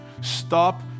Stop